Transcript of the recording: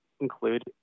include